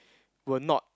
were not